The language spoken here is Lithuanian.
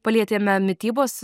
palietėme mitybos